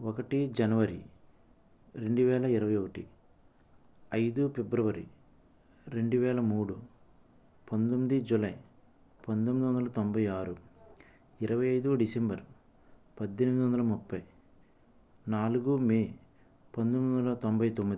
ఒకటి జనవరి రెండువేల ఇరవై ఒకటి ఐదు ఫిబ్రవరి రెండువేల మూడు పంతొమ్మిది జూలై పంతొమ్మిది వందల తొంభై ఆరు ఇరవై ఐదు డిసెంబర్ పద్దెనిమిది వందల ముప్పై నాలుగు మే పంతొమ్మిది వందల తొంభై తొమ్మిది